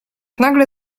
nagle